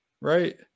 right